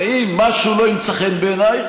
ואם משהו לא ימצא חן בעינייך,